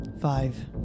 five